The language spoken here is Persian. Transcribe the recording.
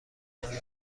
جانبی